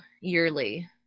yearly